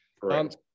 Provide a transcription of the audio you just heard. Correct